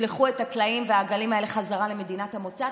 ישלחו את הטלאים והעגלים האלה בחזרה למדינת המוצא?